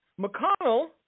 McConnell